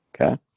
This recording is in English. Okay